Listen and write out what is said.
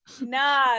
Nah